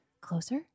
closer